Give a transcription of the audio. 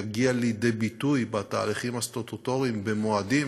יגיע לידי ביטוי בתהליכים הסטטוטוריים במועדים